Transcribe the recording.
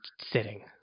sitting